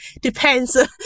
depends